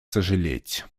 сожалеть